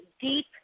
deep